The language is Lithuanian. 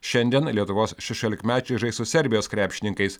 šiandien lietuvos šešiolikmečiai žais su serbijos krepšininkais